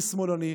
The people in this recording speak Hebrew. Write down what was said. מי שמאלני.